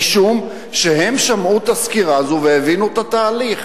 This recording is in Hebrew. משום שהם שמעו את הסקירה הזאת והבינו את התהליך.